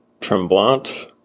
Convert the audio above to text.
Tremblant